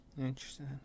Interesting